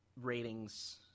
ratings